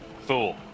fool